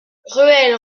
ruelle